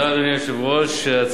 אדוני היושב-ראש, תודה.